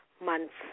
months